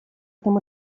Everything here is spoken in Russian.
этом